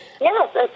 Yes